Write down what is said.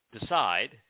decide